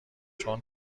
چون